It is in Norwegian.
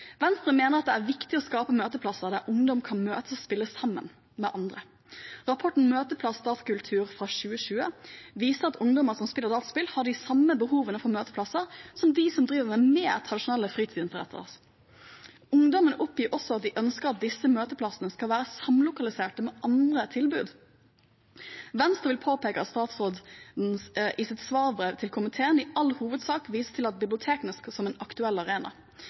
Venstre mener at det er viktig å skape møteplasser der ungdom kan møtes og spille sammen med andre. Rapporten Møteplass Datakultur fra 2020 viser at ungdommer som spiller dataspill, har de samme behovene for møteplasser som de som driver med mer tradisjonelle fritidsinteresser. Ungdommen oppgir også at de ønsker at disse møteplassene skal være samlokaliserte med andre tilbud. Venstre vil påpeke at statsråden i sitt svarbrev til komiteen i all hovedsak viser til bibliotekene som en aktuell arena.